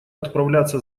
отправляться